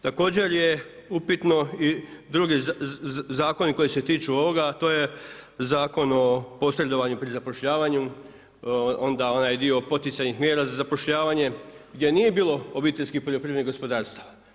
Također je upitno i drugi zakoni koji se tiču ovoga, a to je Zakon o posredovanju pri zapošljavanju, onda onaj dio poticajnih mjera za zapošljavanje gdje nije bilo obiteljskih poljoprivrednih gospodarstava.